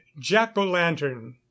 jack-o'-lantern